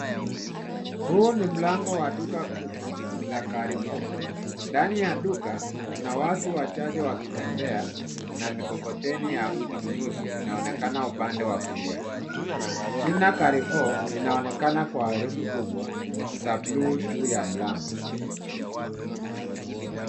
Huu ni mlango wa duka kubwa la CARREFOUR, ndani ya duka kuna watu wachache wakitembea na mikoloteni ya ununuzi inaonekana upande wa kulia. Jina CARREFOUR inaonekana kwa herufi kubwa za bluu juu ya mlango.